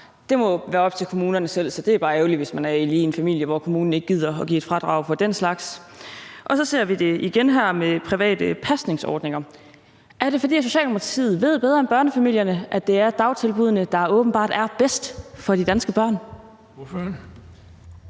Det må være op til kommunerne selv, så det er bare ærgeligt, hvis man er i en familie, hvor kommunen ikke gider at give et fradrag for den slags, og så ser vi det igen her med private pasningsordninger. Er det, fordi Socialdemokratiet ved bedre end børnefamilierne, at det åbenbart er dagtilbuddene, der er bedst for de danske børn? Kl.